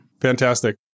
fantastic